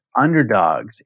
underdogs